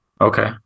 Okay